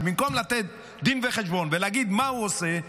ובמקום לתת דין וחשבון ולהגיד מה הוא עושה,